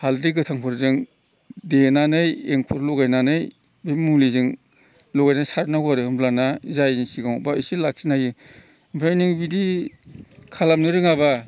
हालदै गोथांखौ जों देनानै एंखुर लगायनानै बे मुलिजों लगायना सारनांगौ आरो होमब्लाना जायिनि सिगांआवबा एसे लाखिनो हायो ओमफ्राय नों बिदि खालामनो रोङाब्ला